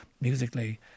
musically